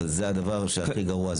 אבל זה הדבר שהכי גרוע.